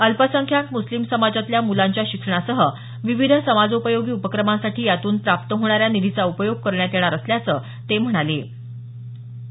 अल्पसंख्याक मुस्लिम समाजातल्या मुलांच्या शिक्षणासह विविध समाजोपयोगी उपक्रमांसाठी यातून प्राप्त होणाऱ्या निधीचा उपयोग करण्यात येणार असल्याचं म्हटलं आहे